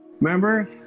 remember